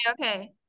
okay